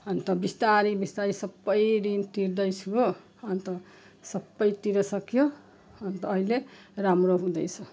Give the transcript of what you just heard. अन्त बिस्तारै बिस्तारै सबै ऋण तिर्दैछु हो अन्त सबै तिरिसकियो अन्त अहिले राम्रो हुँदैछ